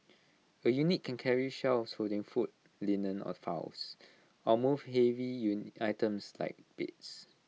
A unit can carry shelves holding food linen or files or move heavy you items like beds